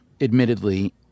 admittedly